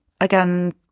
again